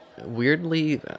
Weirdly